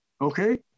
okay